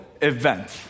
event